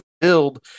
build